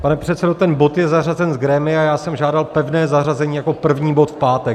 Pane předsedo, ten bod je zařazen z grémia, já jsem žádal pevné zařazení jako první bod v pátek.